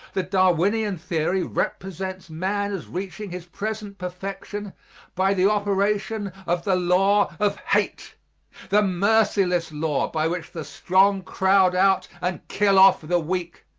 the darwinian theory represents man as reaching his present perfection by the operation of the law of hate the merciless law by which the strong crowd out and kill off the weak.